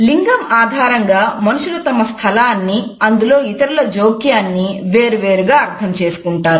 లింగం ఆధారంగా మనుషులు తమ స్థలాన్ని అందులో ఇతరుల జోక్యాన్ని వేరువేరు విధాలుగా అర్థం చేసుకుంటారు